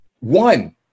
One